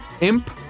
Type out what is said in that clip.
Imp